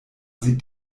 sieht